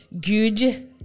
Good